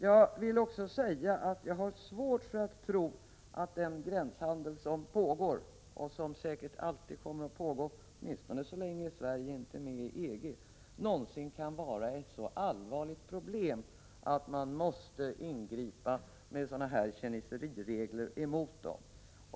Jag vill också säga att jag har svårt att tro att den gränshandel som pågår, och som säkert alltid kommer att pågå i varje fall så länge inte Sverige är med i EG, någonsin kan vara ett så allvarligt problem att man måste ingripa med sådana här kineseriregler.